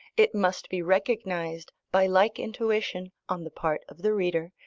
it must be recognised by like intuition on the part of the reader,